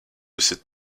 cette